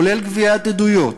כולל גביית עדויות,